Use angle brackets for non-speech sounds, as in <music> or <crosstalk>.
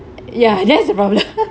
<noise> ya that's the problem <laughs>